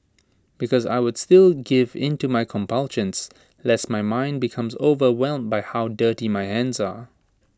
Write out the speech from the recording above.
because I would still give in to my compulsions lest my mind becomes overwhelmed by how dirty my hands are